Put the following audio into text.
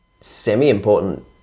semi-important